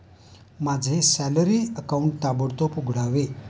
माझं salary account ताबडतोब उघडावे